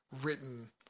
written